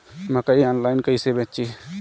मकई आनलाइन कइसे बेची?